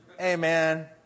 Amen